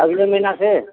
अगले महीना से